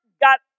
got